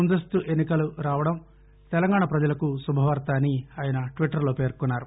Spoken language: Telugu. ముందస్తు ఎన్నికలు రావడం తెలంగాణ పజలకు శుభవార్త అని ఆయన ట్విట్టర్లో పేర్కొన్నారు